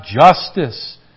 justice